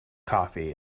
coffee